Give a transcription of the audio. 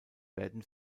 werden